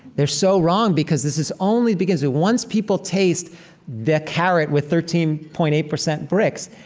they're so wrong because this is only because once people taste the carrot with thirteen point eight percent brix,